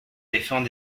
défend